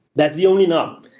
that's the only knob,